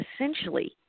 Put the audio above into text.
essentially